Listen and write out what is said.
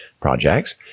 projects